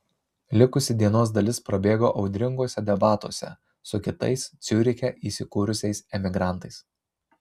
likusi dienos dalis prabėgo audringuose debatuose su kitais ciuriche įsikūrusiais emigrantais